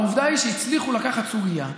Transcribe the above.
העובדה היא שהצליחו לקחת סוגיה,